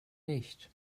nicht